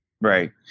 Right